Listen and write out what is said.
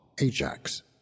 Ajax